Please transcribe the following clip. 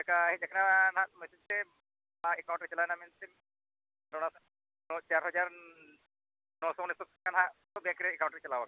ᱪᱮᱫ ᱞᱮᱠᱟ ᱦᱮᱡ ᱠᱟᱱᱟ ᱦᱟᱸᱜ ᱮᱠᱟᱣᱩᱱᱴ ᱨᱮ ᱪᱟᱞᱟᱣᱱᱟ ᱢᱮᱱᱛᱮ ᱪᱟᱨ ᱦᱟᱡᱟᱨ ᱱᱚ ᱥᱚ ᱦᱟᱸᱜ ᱵᱮᱝᱠ ᱨᱮ ᱮᱠᱟᱣᱩᱱᱴ ᱨᱮ ᱪᱟᱞᱟᱣ ᱠᱟᱱᱟ